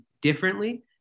differently